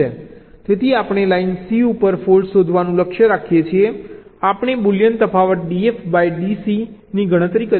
તેથી આપણે line C ઉપર ફોલ્ટ્સ શોધવાનું લક્ષ્ય રાખીએ છીએ આપણે બુલિયન તફાવત dF dC ની ગણતરી કરીએ છીએ